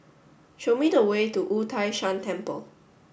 show me the way to Wu Tai Shan Temple